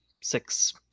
six